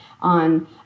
on